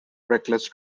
reckless